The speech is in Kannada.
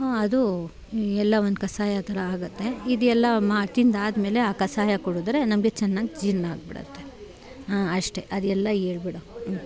ಅದು ಎಲ್ಲ ಒಂದು ಕಷಾಯ ಥರ ಆಗುತ್ತೆ ಇದು ಎಲ್ಲ ಮಾ ತಿಂದಾದಮೇಲೆ ಆ ಕಷಾಯ ಕುಡಿದ್ರೆ ನಮಗೆ ಚೆನ್ನಾಗಿ ಜೀರ್ಣ ಆಗ್ಬಿಡುತ್ತೆ ಅಷ್ಟೇ ಅದೆಲ್ಲ ಹೇಳ್ಬಿಡು